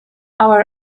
our